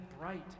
bright